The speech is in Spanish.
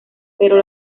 pero